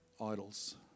Idols